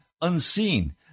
unseen